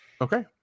Okay